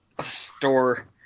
store